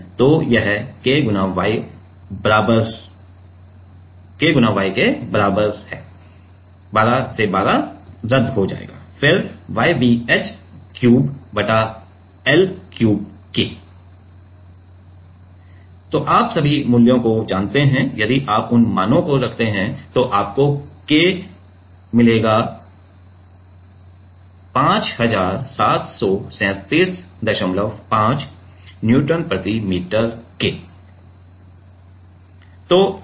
तो यह ky बराबर है 12 12 रद्द हो जाएगा फिर Y b h क्यूब बटा l क्यूब के आप सभी मूल्यों को जानते हैं यदि आप उन मानों को रखते हैं तो आपको K बराबर 57375 न्यूटन प्रति मीटर मिलेगा